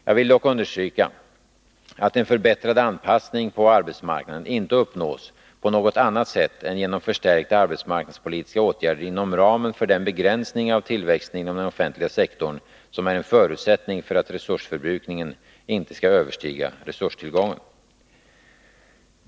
Jag vill dock understryka, att en förbättrad anpassning på arbetsmarknaden inte uppnås på något annat sätt än genom förstärkta arbetsmarknadspolitiska åtgärder inom ramen för den begränsning av tillväxten inom den offentliga sektorn som är en förutsättning för att resursförbrukningen inte skall överstiga resurstillgången.